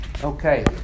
Okay